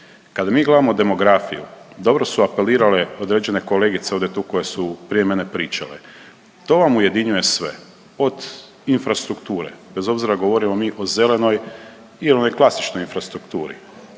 Kad mi gledamo demografiju, dobro su apelirale određene kolegice, ovdje tu koje su prije mene pričale. To vam ujedinjuje sve, od infrastrukture, bez obzira govorimo mi o zelenoj ili onoj klasičnoj infrastrukturi.